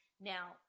now